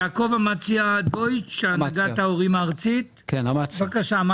יעקב אמציה דויטש, הנהגת ההורים הארצית, בבקשה.